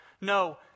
No